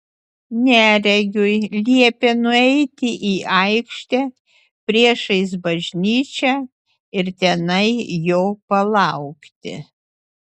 neregiui liepė nueiti į aikštę priešais bažnyčią ir tenai jo palaukti